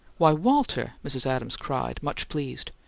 why, walter! mrs. adams cried, much pleased.